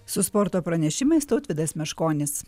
su sporto pranešimais tautvydas meškonis